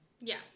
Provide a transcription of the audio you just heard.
Yes